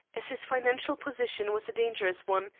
as his financial position was a dangerous one,